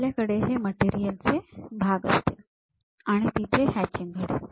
तर आपल्याकडे हे मटेरियल चे भाग असतील आणि तिथे हॅचिंग घडेल